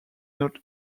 not